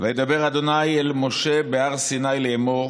"וידבר ה' אל משה בהר סיני לֵאמֹר.